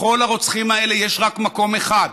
לכל הרוצחים האלה יש רק מקום אחד: